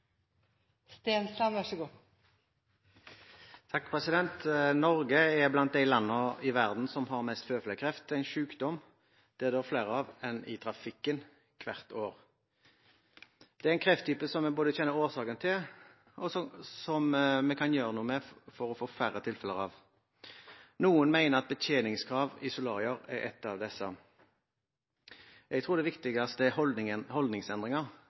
blant de landene i verden som har mest føflekkreft. Det er en sykdom det dør flere av enn i trafikken hvert år. Det er en krefttype som vi både kjenner årsakene til, og som vi kan gjøre noe med for å få færre tilfeller av. Noen mener at betjeningskrav i solarier er ett av disse. Jeg tror det viktigste er holdningsendringer,